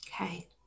okay